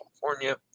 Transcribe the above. california